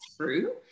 true